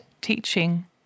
teaching